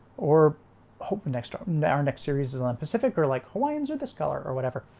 or hope and next um and and our next series is on pacific or like hawaiians or this color or whatever.